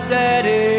daddy